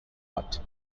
what